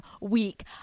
week